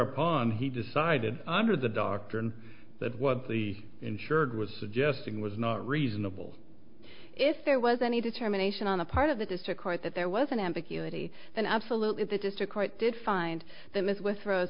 upon he decided under the doctrine that what the insured was suggesting was not reasonable if there was any determination on the part of the district court that there was an ambiguity and absolutely the district court did find the ms with rose